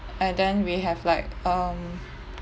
and then we have like um